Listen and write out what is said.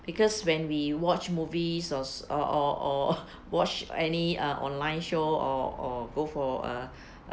because when we watch movies or or or watch any uh online show or or go for a